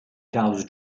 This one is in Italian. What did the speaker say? caos